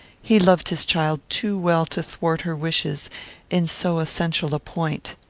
he loved his child too well to thwart her wishes in so essential a point.